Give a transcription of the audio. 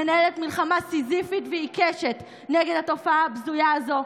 מנהלת מלחמה סיזיפית ועיקשת נגד התופעה הבזויה הזו,